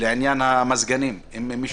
אם אותו מקום של פלאפל סגור,